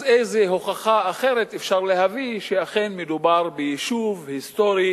אז איזו הוכחה אחרת אפשר להביא שאכן מדובר ביישוב היסטורי